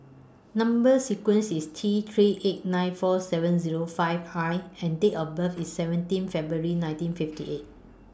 Number sequence IS T three eight nine four seven Zero five I and Date of birth IS seventeen February nineteen fifty eight